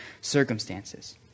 circumstances